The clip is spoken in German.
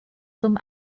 zum